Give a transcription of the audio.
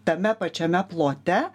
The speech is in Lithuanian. tame pačiame plote